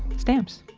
stamps